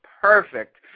perfect